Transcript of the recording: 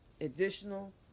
additional